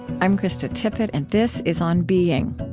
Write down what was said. i'm krista tippett, and this is on being